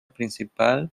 principal